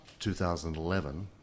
2011